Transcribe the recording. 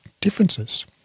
differences